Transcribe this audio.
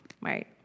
right